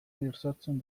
bisortzen